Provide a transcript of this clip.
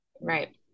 Right